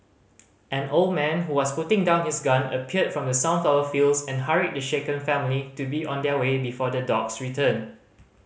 an old man who was putting down his gun appeared from the sunflower fields and hurried the shaken family to be on their way before the dogs return